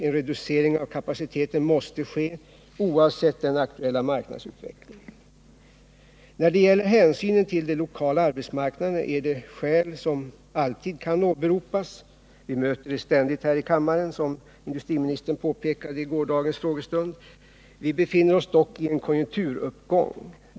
En reducering av Tisdagen den kapaciteten måste ske oavsett den aktuella marknadsutvecklingen. När det 19 december 1978 gäller hänsynen till de lokala arbetsmarknaderna är det skäl som alltid kan åberopas. Vi möter det ständigt här i kammaren, som industriministern påpekade vid gårdagens frågestund. Vi befinner oss dock i en konjunkturuppgång.